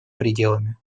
пределами